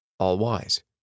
all-wise